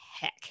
heck